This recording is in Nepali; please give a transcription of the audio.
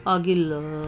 अघिल्लो